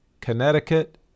Connecticut